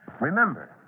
Remember